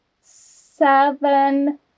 seven